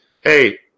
Hey